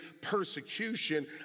persecution